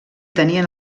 tenien